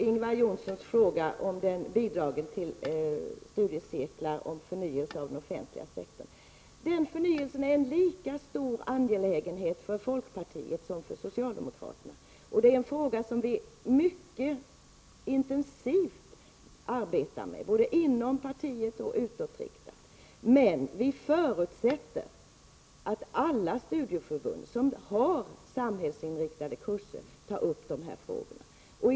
Ingvar Johnsson frågade om bidraget till studiecirklar om förnyelse av den offentliga sektorn. Den förnyelsen är en lika stor angelägenhet för folkpartiet som för socialdemokraterna, och det är en fråga som vi mycket intensivt arbetar med, både inom partiet och utåtriktat. Men vi förutsätter att alla studieförbund som har samhällsinriktade kurser tar upp dessa frågor.